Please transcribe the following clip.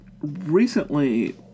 recently